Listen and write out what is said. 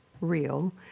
real